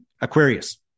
Aquarius